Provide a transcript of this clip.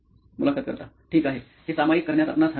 मुलाखतकर्ता ठीक आहे हे सामायिक करण्यात आपणास हरकत नाही